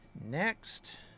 Next